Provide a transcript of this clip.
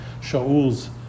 Shaul's